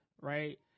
right